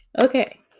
Okay